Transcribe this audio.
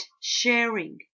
sharing